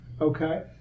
okay